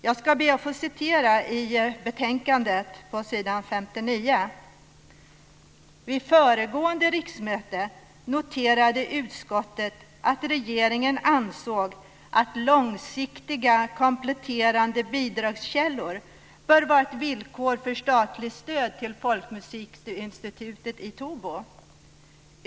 Jag ska be att få citera ur betänkandet på s. 59. "Vid föregående riksmöte noterade utskottet att regeringen ansåg att långsiktiga, kompletterande bidragskällor bör vara ett villkor för statligt stöd till folkmusikinstitutet i Tobo -.